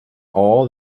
all